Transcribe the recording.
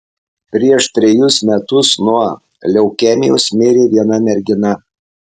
prieš trejus metus nuo leukemijos mirė viena mergina